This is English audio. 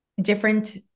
different